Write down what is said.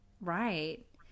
Right